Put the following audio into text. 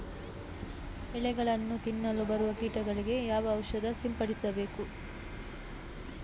ಎಲೆಗಳನ್ನು ತಿನ್ನಲು ಬರುವ ಕೀಟಗಳಿಗೆ ಯಾವ ಔಷಧ ಸಿಂಪಡಿಸಬೇಕು?